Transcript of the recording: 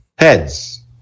Heads